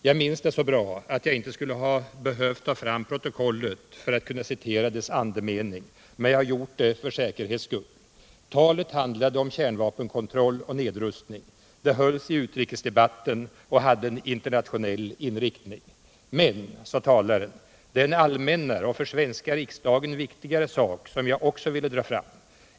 Jag minns det så bra att jag inte skulle ha behövt ta fram protokollet för att kunna citera dess andemening men jag har gjort det för säkerhets skull. Talet handlade om kärnvapenkontroll och nedrustning. Det hölls i utrikesdebatten och hade internationell inriktning. ”Men”, sade talaren, ”det är en allmännare och för svenska riksdagen viktigare sak, som jag också ville dra fram.